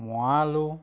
মুৱা আলু